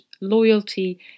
loyalty